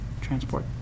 transport